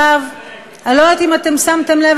אני לא יודעת אם שמתם לב,